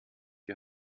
die